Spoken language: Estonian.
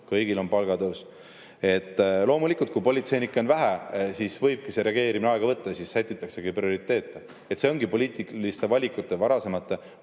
kõigil on palgatõus. Loomulikult, kui politseinikke on vähe, siis võibki see reageerimine aega võtta, siis sätitaksegi prioriteete. See ongi poliitiliste valikute, varasemate